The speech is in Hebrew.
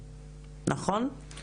נכון?